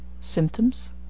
Symptoms